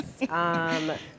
Yes